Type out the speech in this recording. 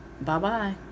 Bye-bye